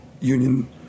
union